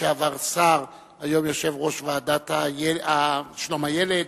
לשעבר שר, היום יושב-ראש הוועדה לשלום הילד,